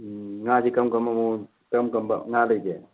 ꯉꯥꯁꯤ ꯀꯔꯝ ꯀꯔꯝꯕ ꯃꯑꯣꯡ ꯀꯔꯝ ꯀꯔꯝꯕ ꯉꯥ ꯂꯩꯒꯦ